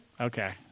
Okay